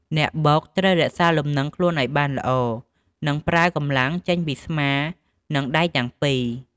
អ្នកបុកត្រូវរក្សាលំនឹងខ្លួនឱ្យបានល្អ និងប្រើកម្លាំងចេញពីស្មា និងដៃទាំងពីរ។